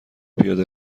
پیاده